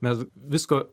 mes visko